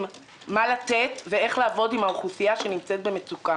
לתת ואיך לעבוד עם האוכלוסייה שנמצאת במצוקה.